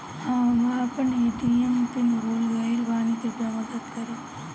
हम अपन ATM PIN भूल गएल बानी, कृपया मदद करीं